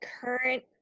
current